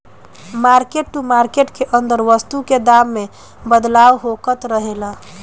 mark to market के अंदर वस्तु के दाम में बदलाव होखत रहेला